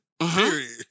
Period